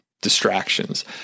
distractions